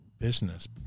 business